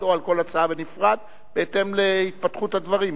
או על כל הצעה בנפרד בהתאם להתפתחות הדברים.